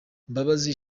mbabazi